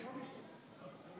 בהצבעה